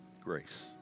grace